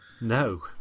No